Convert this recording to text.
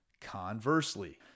Conversely